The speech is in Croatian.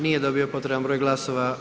Nije dobio potreban broj glasova.